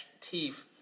teeth